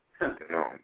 No